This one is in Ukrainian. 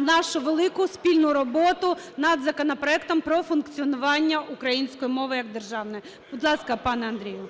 нашу велику спільну роботу над законопроектом про функціонування української мови як державної. Будь ласка, пане Андрію.